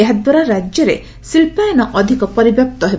ଏହା ଦ୍ୱାରାରାକ୍ୟରେ ଶିକ୍ଷାୟନ ଅଧିକ ପରିବ୍ୟାପ୍ତ ହେବ